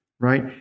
Right